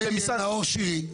נאור שירי,